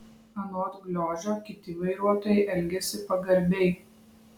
anot gliožio kiti vairuotojai elgiasi pagarbiai